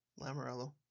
Lamorello